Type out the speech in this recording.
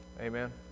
Amen